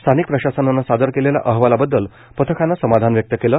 स्थानिक प्रशासनानं सादर केलेल्या अहवालाबददल पथकानं समाधान व्यक्त केले